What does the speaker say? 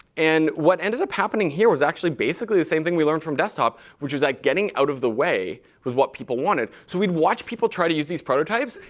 and what ended up happening here was actually basically the same thing we learned from desktop, which was that getting out of the way was what people wanted. so we'd watch people try to use these prototypes,